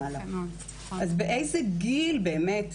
ועדיין אין לה ילדים.